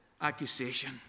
accusation